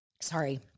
Sorry